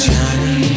Johnny